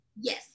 Yes